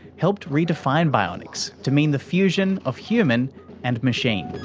helped redefine bionics to mean the fusion of human and machine.